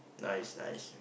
nice nice